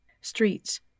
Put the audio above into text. streets